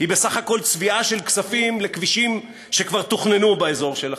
היא בסך הכול צביעה של כספים לכבישים שכבר תוכננו באזור שלכם,